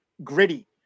gritty